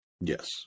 yes